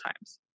times